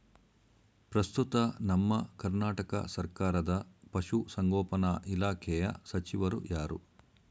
ಪ್ರಸ್ತುತ ನಮ್ಮ ಕರ್ನಾಟಕ ಸರ್ಕಾರದ ಪಶು ಸಂಗೋಪನಾ ಇಲಾಖೆಯ ಸಚಿವರು ಯಾರು?